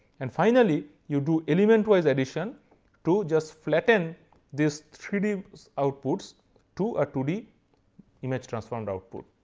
and finally, you do element wise addition to just flatten this three d outputs to a two d image transformed output.